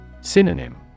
Synonym